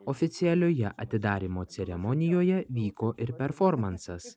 oficialioje atidarymo ceremonijoje vyko ir performansas